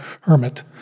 hermit